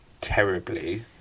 terribly